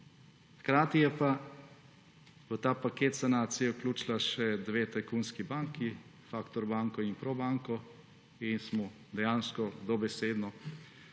Hkrati je pa v ta paket sanacije vključila še dve tajkunski banki, Factor banko in Probanko in smo dejansko dobesedno